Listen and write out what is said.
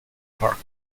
park